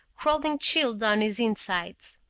crawling chill down his insides.